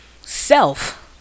self